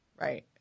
Right